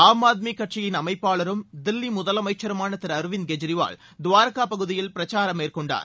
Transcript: ஆம் ஆத்மி கட்சியின் அமைப்பாளரும் தில்லி முதலமைச்சருமான திரு அரவிந்த கெஜ்ரிவால் துவாரகா பகுதியில் பிரச்சாரம் மேற்கொண்டார்